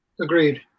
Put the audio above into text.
Agreed